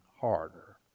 harder